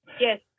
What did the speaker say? Yes